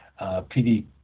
PD